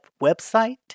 website